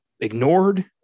ignored